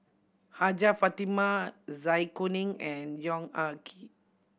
Hajjah Fatimah Zai Kuning and Yong Ah Kee